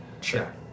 Sure